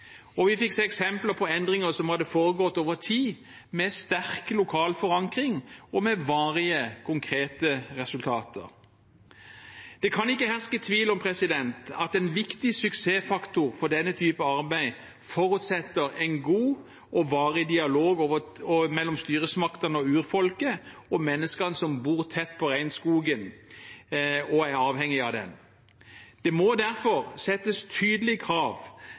Og vi fikk se eksempler på endringer som hadde foregått over tid med sterk lokal forankring og med varige konkrete resultater. Det kan ikke herske tvil om at en viktig suksessfaktor for denne typen arbeid forutsetter en god og varig dialog mellom styresmaktene og urfolket og menneskene som bor tett på regnskogen og er avhengige av den. Det må derfor settes tydelige krav